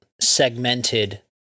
segmented